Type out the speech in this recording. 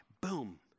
Boom